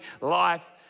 life